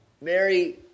Mary